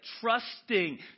trusting